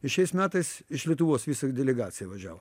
ir šiais metais iš lietuvos visa delegacija važiavo